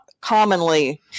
commonly